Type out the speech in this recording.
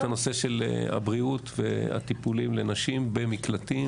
הנושא של הבריאות והטיפולים לנשים במקלטים,